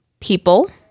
people